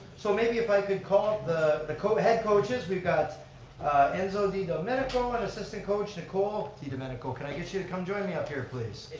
so maybe if i could call the the head coaches, we've got enzo d domenico and assistant coach nicole t domenico. can i get you to come join me up here please?